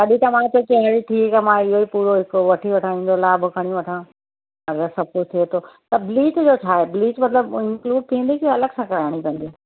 अॼु त मां चयो हलु ठीकु आहे मां इहो ई पूरो हिकिड़ो वठी वठां हिनजो लाभ खणी वठां अगरि सभु कुझु थिए थो त ब्लीच जो छाहे ब्लीच मतलबु इंक्लूड थींदी कि अलॻि सां कराइणी पवंदी